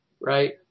right